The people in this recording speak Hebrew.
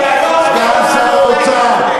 סגן שר האוצר,